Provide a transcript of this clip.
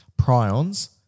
prions